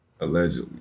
Allegedly